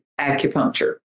acupuncture